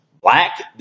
black